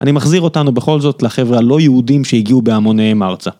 אני מחזיר אותנו בכל זאת לחבר'ה הלא יהודים שהגיעו בהמוניהם ארצה.